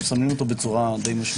אנחנו מסמנים אותה בצורה די משמעותית.